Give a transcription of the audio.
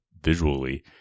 visually